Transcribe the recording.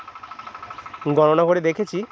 গননা করে দেখেছি